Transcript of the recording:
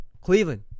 Cleveland